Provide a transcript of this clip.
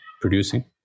producing